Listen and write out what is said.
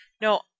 No